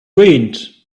ruined